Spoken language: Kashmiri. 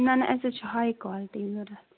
نہ نہ اَسہِ حظ چھِ ہاے کالٹی ضوٚرَتھ